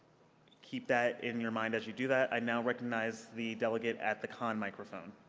keep that in your mind as you do that. i now recognize the delegate at the con microphone.